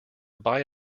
buy